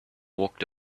walked